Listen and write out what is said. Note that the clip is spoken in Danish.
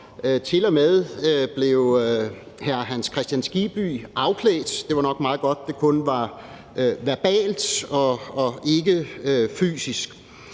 tilmed blev hr. Hans Kristian Skibby afklædt. Det var nok meget godt, at det kun var verbalt og ikke fysisk.